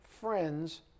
friends